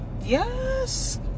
Yes